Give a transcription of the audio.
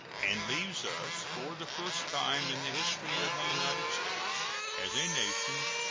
and leaves us, for the first time in the history of the united states as a nation,